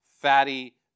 fatty